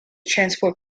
transport